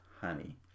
honey